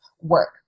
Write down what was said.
work